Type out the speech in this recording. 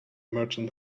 merchant